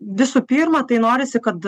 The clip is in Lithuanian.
visų pirma tai norisi kad